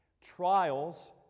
trials